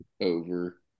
over